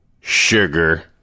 Sugar